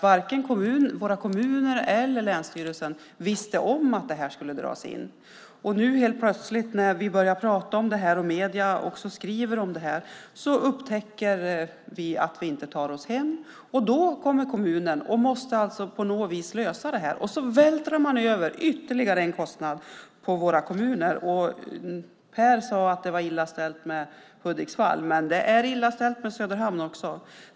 Varken våra kommuner eller länsstyrelsen visste om att detta skulle dras in. Nu helt plötsligt när vi börjar prata om detta och medierna skriver om det upptäcker vi att vi inte tar oss hem. Då måste kommunen lösa detta på något sätt. Man vältrar då över ytterligare en kostnad på våra kommuner. Per Svedberg sade att det var illa ställt med Hudiksvall. Men det är illa ställt med Söderhamn också.